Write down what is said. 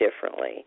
differently